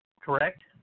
Correct